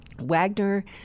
Wagner